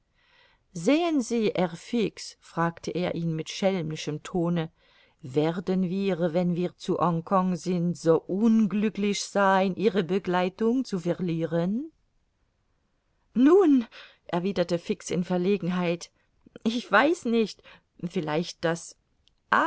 sehen sie herr fix fragte er ihn mit schelmischem tone werden wir wenn wir zu hongkong sind so unglücklich sein ihre begleitung zu verlieren nun erwiderte fix in verlegenheit ich weiß nicht vielleicht daß